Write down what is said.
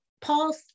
Paul